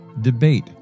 debate